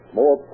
more